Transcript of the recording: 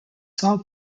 south